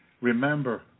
remember